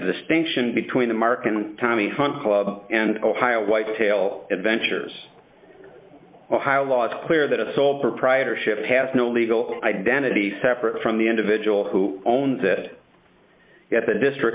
distinction between the mark and tommy hunt club and ohio whitetail adventures ohio law it's clear that a sole proprietorship has no legal identity separate from the individual who owns it yet the district